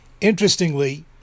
Interestingly